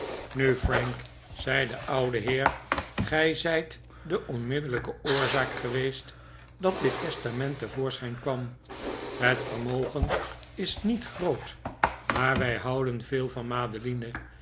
nu frank zei de oude heer gij zijt de onmiddellijke oorzaak geweest dat dit testament te voorschijn kwam het vermogen is niet groot maar wij houden veel van madeline